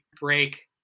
break